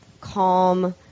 calm